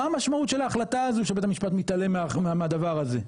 מה המשמעות של ההחלטה הזו שבית המשפט מתעלם מהדבר הזה?